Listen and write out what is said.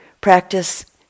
practice